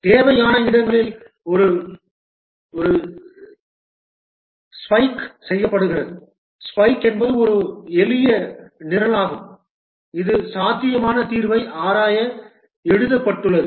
தேவையான இடங்களில் ஒரு ஸ்பைக் செய்யப்படுகிறது ஸ்பைக் என்பது ஒரு எளிய நிரலாகும் இது சாத்தியமான தீர்வை ஆராய எழுதப்பட்டுள்ளது